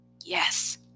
Yes